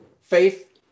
faith